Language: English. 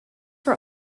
were